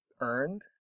earned